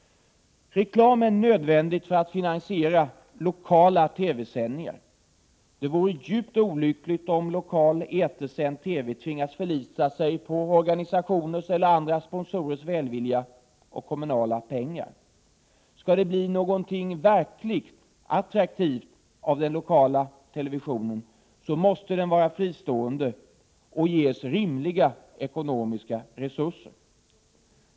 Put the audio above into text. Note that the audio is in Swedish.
Reklam är nödvändigt för att finansiera lokala TV-sändningar. Det vore djupt olyckligt om lokal etersänd TV tvingas förlita sig på organisationers eller andra sponsorers välvilja och på kommunala pengar. Skall det bli någonting verkligt attraktivt av den lokala televisionen måste den vara fristående och ges rimliga ekonomiska resurser.